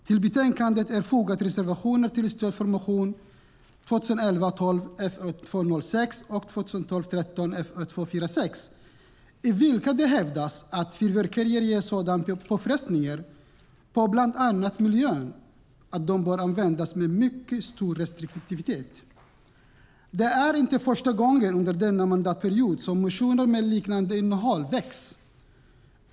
Till betänkandet är fogat reservationer till stöd för motionerna 2011 13:Fö246, i vilka det hävdas att fyrverkerier ger sådana påfrestningar på bland annat miljön att de bör användas med mycket stor restriktivitet. Det är inte första gången under denna mandatperiod som motioner med liknande innehåll väcks.